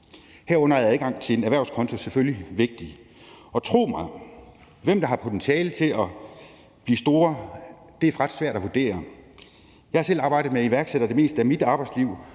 Herunder er adgang til en erhvervskonto selvfølgelig vigtigt. Og tro mig, hvem der har potentiale til at blive store, er ret svært at vurdere. Jeg har selv arbejdet med iværksættere det meste af mit arbejdsliv,